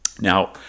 Now